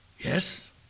yes